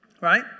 right